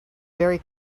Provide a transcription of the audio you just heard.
very